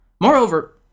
Moreover